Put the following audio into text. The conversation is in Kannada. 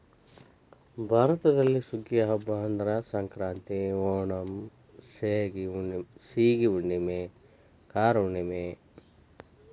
ಭಾರತದಲ್ಲಿ ಸುಗ್ಗಿಯ ಹಬ್ಬಾ ಅಂದ್ರ ಸಂಕ್ರಾಂತಿ, ಓಣಂ, ಸೇಗಿ ಹುಣ್ಣುಮೆ, ಕಾರ ಹುಣ್ಣುಮೆ